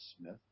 Smith